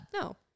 No